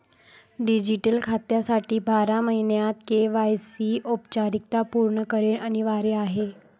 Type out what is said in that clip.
digital खात्यासाठी बारा महिन्यांत के.वाय.सी औपचारिकता पूर्ण करणे अनिवार्य आहे